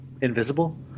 invisible